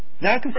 Now